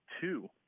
two